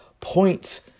points